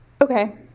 Okay